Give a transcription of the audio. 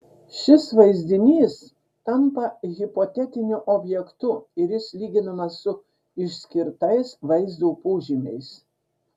šis vaizdinys tampa hipotetiniu objektu ir jis lyginamas su išskirtais vaizdo požymiais